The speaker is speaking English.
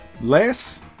less